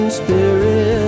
spirit